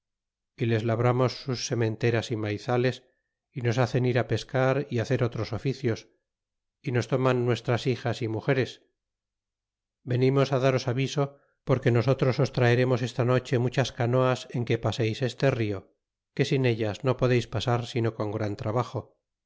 y les labramos sus sementeras y maizales y nos hacen ir pescar y hacer otros oficios y nos toman nuestras hijas y mugeres venimos e daros so porque nosotros os traeremos esta noche muchas canoas en que paseis este rio que sin ellas no podeis pasar sino con gran trabajo